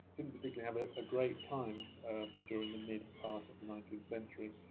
didn't particularly have a ah great time during the mid part of nineteenth century.